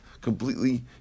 completely